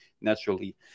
naturally